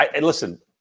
Listen